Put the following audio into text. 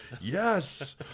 yes